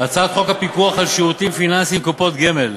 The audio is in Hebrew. הצעת חוק הפיקוח על שירותים פיננסיים (קופות גמל)